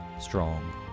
strong